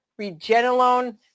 regenolone